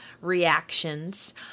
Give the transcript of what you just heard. reactions